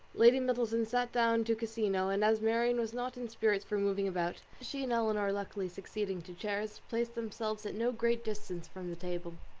lady middleton sat down to cassino, and as marianne was not in spirits for moving about, she and elinor luckily succeeding to chairs, placed themselves at no great distance from the table.